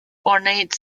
ornate